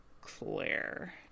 Claire